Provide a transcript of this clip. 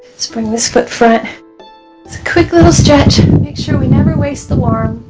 let's bring this foot front it's a quick little stretch and make sure we never waste the warm.